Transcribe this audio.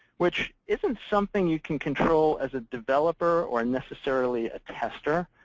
which isn't something you can control as a developer or necessarily a tester,